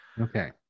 Okay